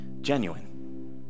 genuine